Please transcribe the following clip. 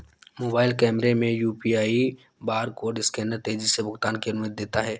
mobile कैमरे में UPI barcode scanner तेजी से भुगतान की अनुमति देता है